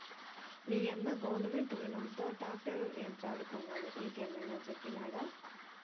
మీయన్న గవర్నమెంట్ రునంతో ట్రాక్టర్ యంత్రాలు కొన్నాడు నీకేమైనా చెప్పినాడా